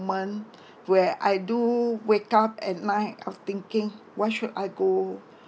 where I do wake up at night I was thinking why should I go